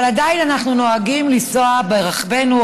עדיין אנחנו נוהגים לנסוע ברכבנו,